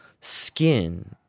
skin